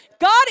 God